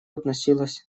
относилось